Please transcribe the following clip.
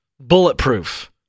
bulletproof